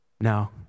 No